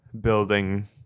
building